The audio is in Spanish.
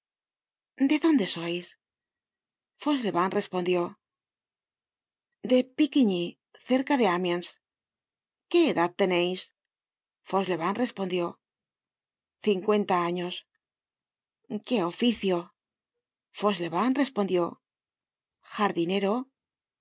de dónde sois fauchelevent respondió de picquigny cerca de amiens qué edad teneis fauchelevent respondió cincuenta años qué oficio fauchelevent respondió jardinero